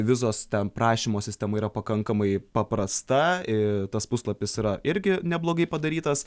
vizos ten prašymo sistema yra pakankamai paprasta i tas puslapis yra irgi neblogai padarytas